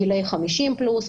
גילאי 50 פלוס,